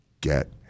get